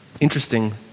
Interesting